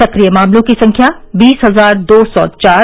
सक्रिय मामलों की संख्या बीस हजार दो सौ चार